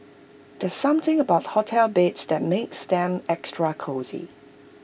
there's something about hotel beds that makes them extra cosy